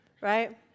Right